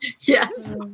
Yes